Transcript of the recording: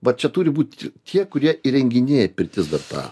va čia turi būt tie kurie įrenginėja pirtis dar tą